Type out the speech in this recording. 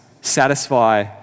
satisfy